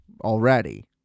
already